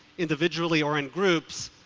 individually or in groups,